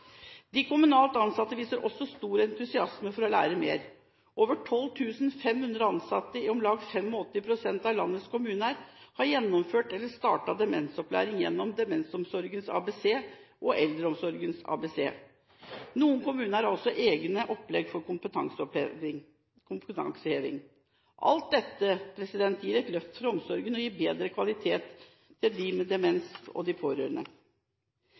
De kommunalt ansatte viser også stor entusiasme for å lære mer. Over 12 500 ansatte i om lag 85 pst. av landets kommuner har gjennomført eller startet demensopplæring gjennom Demensomsorgens ABC og Eldreomsorgens ABC. Noen kommuner har også egne opplegg for kompetanseheving. Alt dette gir et løft for omsorgen og gir bedre kvalitet til dem med demens og de pårørende.